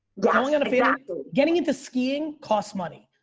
yeah exactly. getting into skiing costs money.